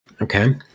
Okay